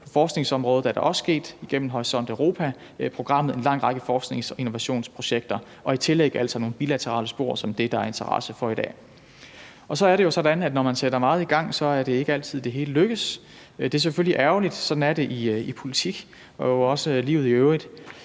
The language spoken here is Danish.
På forskningsområdet er det også sket gennem Horisont Europa-programmet – en lang række forsknings- og innovationsprojekter – og i tillæg altså nogle bilaterale spor som det, der er interesse for i dag. Så er det jo sådan, at når man sætter meget i gang, er det ikke altid, at det hele lykkes. Det er selvfølgelig ærgerligt. Sådan er det i politik – og jo også i livet i øvrigt.